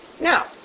Now